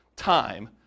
Time